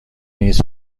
نیز